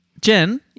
Jen